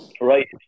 right